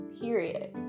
period